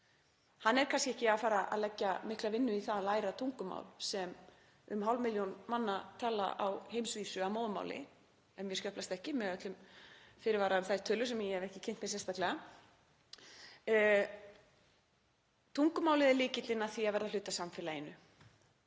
ár er kannski ekki að fara að leggja mikla vinnu í það að læra tungumál sem um hálf milljón manna talar á heimsvísu að móðurmáli, ef mér skjöplast ekki, með öllum fyrirvara um þær tölur sem ég hef ekki kynnt mér sérstaklega. Tungumálið er lykillinn að því að verða hluti af samfélaginu.